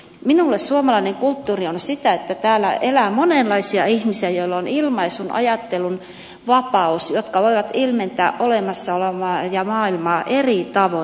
minulle suomalainen kulttuuri on sitä että täällä elää monenlaisia ihmisiä joilla on ilmaisun ajattelun vapaus jotka voivat ilmentää olemassa olevaa ja maailmaa eri tavoin